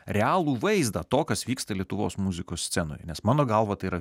realų vaizdą to kas vyksta lietuvos muzikos scenoje nes mano galva tai yra